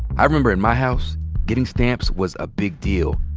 i remember in my house getting stamps was a big deal,